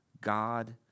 God